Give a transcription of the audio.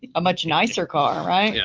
a much nicer car, right? yeah